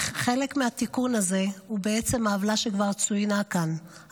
חלק מהתיקון הזה הוא העוולה שכבר צוינה כאן,